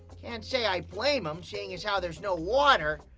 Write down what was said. can't say i blame him seeing as how there's no water.